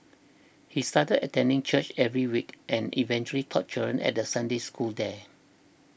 he started attending church every week and eventually taught children at Sunday school there